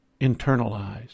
internalized